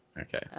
Okay